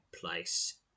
place